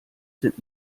sind